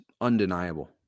undeniable